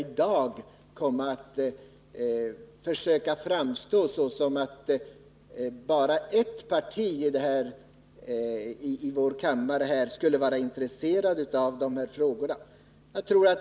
Ingen skall i dag försöka göra gällande att bara ett parti är intresserat av frågorna.